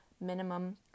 minimum